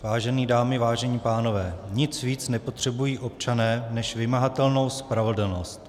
Vážené dámy, vážení pánové, nic víc nepotřebují občané než vymahatelnou spravedlnost.